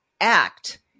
act